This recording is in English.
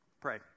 pray